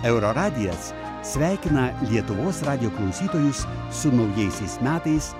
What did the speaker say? euroradijas sveikina lietuvos radijo klausytojus su naujaisiais metais